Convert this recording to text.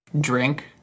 drink